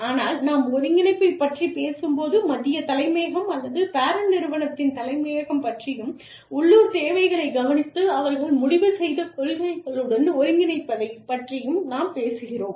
ஆனால் நாம் ஒருங்கிணைப்பைப் பற்றிப் பேசும்போது மத்திய தலைமையகம் அல்லது பேரண்ட் நிறுவனத்தின் தலைமையகம் பற்றியும் உள்ளூர் தேவைகளைக் கவனித்து அவர்கள் முடிவு செய்த கொள்கைகளுடன் ஒருங்கிணைப்பதைப் பற்றியும் நாம் பேசுகிறோம்